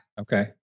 Okay